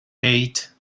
eight